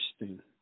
interesting